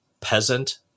peasant